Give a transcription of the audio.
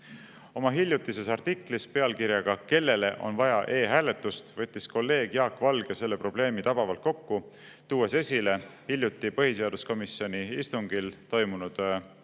Oma hiljutises artiklis pealkirjaga "Kellele on vaja e-hääletust?" võttis kolleeg Jaak Valge selle probleemi tabavalt kokku, tuues esile hiljuti põhiseaduskomisjoni istungil toimunud arutelu,